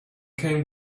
came